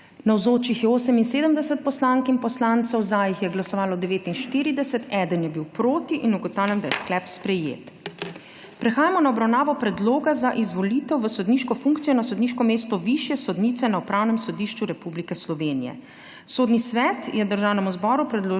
Navzočih je 78 poslank in poslancev, za je glasovalo 49, proti 1. (Za je glasovalo 49.) (Proti 1.) Ugotavljam, da, je sklep sprejet. Prehajamo na obravnavo Predloga za izvolitev v sodniško funkcijo na sodniško mesto višje sodnice na Upravnem sodišču Republike Slovenije. Sodni svet je Državnemu zboru predložil